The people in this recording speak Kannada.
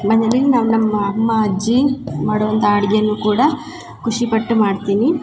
ಮನೆಲಿ ನಮ್ಮ ನಮ್ಮ ಅಮ್ಮ ಅಜ್ಜಿ ಮಾಡೊವಂಥ ಅಡ್ಗೆನು ಕೂಡ ಖುಷಿಪಟ್ಟು ಮಾಡ್ತೀನಿ